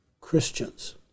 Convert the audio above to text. Christians